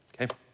okay